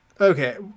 Okay